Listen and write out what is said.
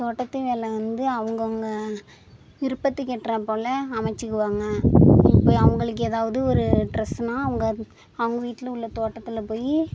தோட்டத்து வேலை வந்து அவங்கவங்க விருப்பத்துக்கு ஏற்றார்போல் அமைச்சிக்கிவாங்க இப்போ அவங்களுக்கு எதாவது ஒரு ட்ரஸ்ஸுன்னா அவங்க அவங்க வீட்டில் உள்ள தோட்டத்தில் போய்